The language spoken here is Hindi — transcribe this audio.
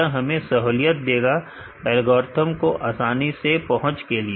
यह हमें सहूलियत देगा एल्गोरिथ्म को आसानी से पहुंच के लिए